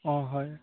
অঁ হয়